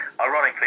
ironically